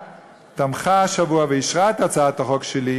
תמכה השבוע ואישרה את הצעת החוק שלי,